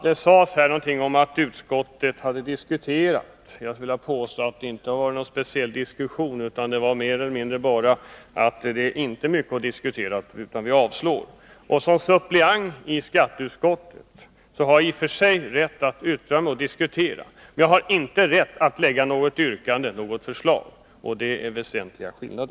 Det sades här någonting om att utskottet hade diskuterat den. Jag skulle vilja påstå att det inte har varit någon speciell diskussion, utan man har mer eller mindre bara konstaterat: Det här är inte mycket att diskutera, utan vi avstyrker. Som suppleant i skatteutskottet har jag i och för sig rätt att yttra mig och diskutera, men jag har inte rätt att lägga fram något yrkande eller förslag. Det är en väsentlig skillnad.